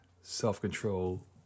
self-control